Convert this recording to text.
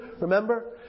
Remember